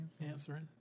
Answering